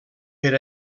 per